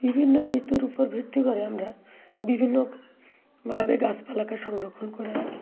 বিভিন্ন ঋতুর উপর ভিত্তি করে আমরা বিভিন্নভাবে গাছপালাকে সংরক্ষণ করে রাখি